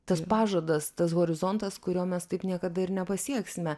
tas pažadas tas horizontas kurio mes taip niekada ir nepasieksime